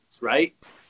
right